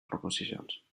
proposicions